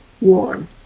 warm